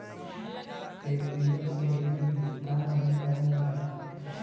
Paytm से bill भुगतान भी करल जाला